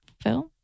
film